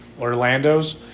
orlando's